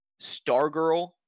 Stargirl